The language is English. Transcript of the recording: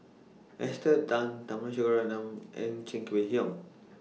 Esther Tan Tharman Shanmugaratnam and Cheng Wai Keung